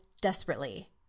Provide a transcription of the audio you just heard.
desperately